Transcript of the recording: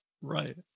right